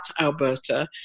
Alberta